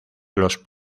los